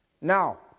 Now